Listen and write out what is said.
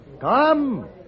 come